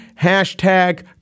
hashtag